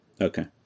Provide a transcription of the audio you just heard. okay